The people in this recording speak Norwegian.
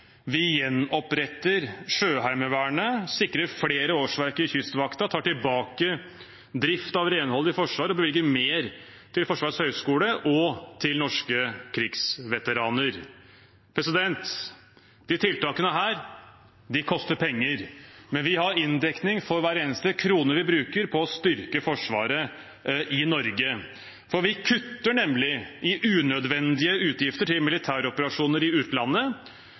Vi gjenoppretter Sjøheimevernet, sikrer flere årsverk i Kystvakten, tar tilbake drift av renhold i Forsvaret og bevilger mer til Forsvarets høgskole og norske krigsveteraner. Disse tiltakene koster penger, men vi har inndekning for hver eneste krone vi bruker på å styrke Forsvaret i Norge. Vi kutter nemlig i unødvendige utgifter til militæroperasjoner i utlandet,